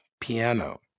piano